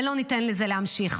ולא ניתן לזה להימשך.